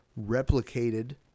replicated